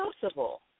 possible